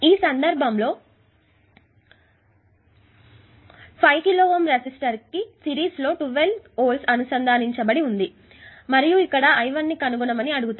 ఈ సందర్భంలో 5 కిలోΩ రెసిస్టర్ కి సిరీస్లో 12V అనుసంధానించబడి ఉంది మరియు I1 ని కనుగొనమని అడిగారు